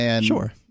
Sure